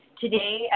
Today